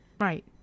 Right